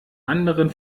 anderen